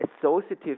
associative